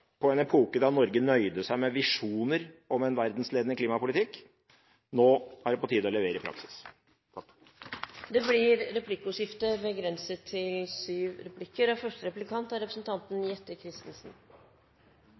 på en epoke der Norge nøyde seg med visjoner om en verdensledende klimapolitikk. Nå er det på tide å levere i praksis. Det blir replikkordskifte. Representanten Hansson kommer med en underlig kritikk av det å ha en visjon og